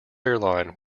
airline